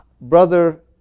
brother